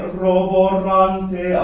roborante